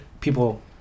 people